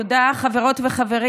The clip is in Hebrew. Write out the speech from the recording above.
תודה, חברות וחברים.